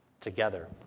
together